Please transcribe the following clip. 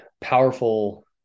powerful